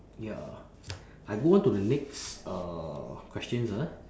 ya I go on to the next uh questions ah